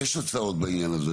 ויש הצעות בעניין הזה,